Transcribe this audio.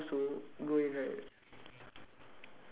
like a gap for the animals to go in right